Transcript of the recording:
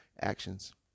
actions